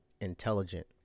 intelligent